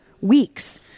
weeks